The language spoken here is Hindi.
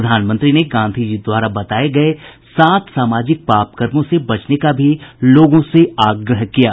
प्रधानमंत्री ने गांधी जी द्वारा बताये गये सात सामाजिक पापकर्मों से बचने का भी लोगों से आग्रह किया है